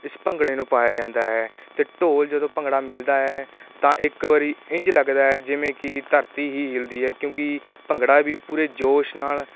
ਇਸ ਭੰਗੜੇ ਨੂੰ ਪਾਇਆ ਜਾਂਦਾ ਹੈ ਅਤੇ ਢੋਲ ਜਦੋਂ ਭੰਗੜਾ ਮਿਲਦਾ ਹੈ ਤਾਂ ਇੱਕ ਵਾਰੀ ਇੰਝ ਲੱਗਦਾ ਹੈ ਜਿਵੇਂ ਕਿ ਧਰਤੀ ਹੀ ਹਿਲਦੀ ਹੈ ਕਿਉਂਕਿ ਭੰਗੜਾ ਵੀ ਪੂਰੇ ਜੋਸ਼ ਨਾਲ